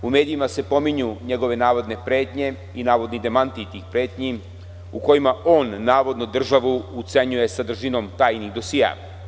U medijima se pominju njegove navodne pretnje i navodni demanti pretnji u kojima on navodno državu ucenjuje sadržinom tajnih dosijea.